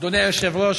אדוני היושב-ראש,